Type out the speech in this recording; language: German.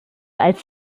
als